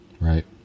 right